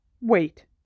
Wait